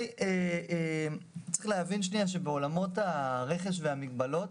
צריך להבין שבעולמות הרכש והמגבלות,